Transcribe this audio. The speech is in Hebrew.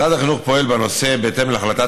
משרד החינוך פועל בנושא בהתאם להחלטת